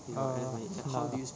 err ya lah